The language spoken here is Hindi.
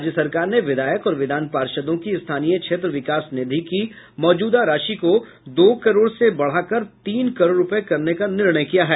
राज्य सरकार ने विधायक और विधान पार्षदों की स्थानीय क्षेत्र विकास निधि की मौजूदा राशि को दो करोड़ से बढ़ाकर तीन करोड़ रूपये करने का निर्णय किया है